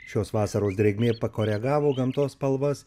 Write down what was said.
šios vasaros drėgmė pakoregavo gamtos spalvas